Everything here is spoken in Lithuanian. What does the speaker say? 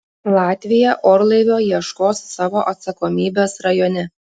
latvija orlaivio ieškos savo atsakomybės rajone